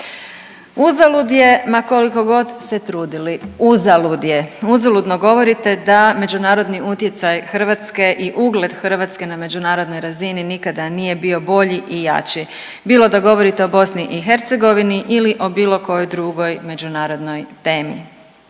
Uzalud je ma koliko god se trudili. Uzalud je, uzaludno govorite da međunarodni utjecaj Hrvatske i ugled Hrvatske na međunarodnoj razini nikada nije bio bolji i jači bilo da govorite o BiH ili o bilo kojoj drugoj međunarodnoj temi.